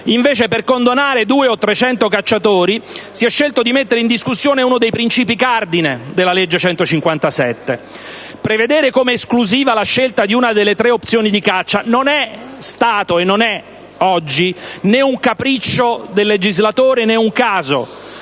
Invece, per condonare duecento o trecento cacciatori, si è scelto di mettere in discussione uno dei principi-cardine della legge n. 157. Prevedere come esclusiva la scelta di una delle tre opzioni di caccia non era e non è né un capriccio del legislatore né un caso: